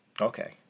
Okay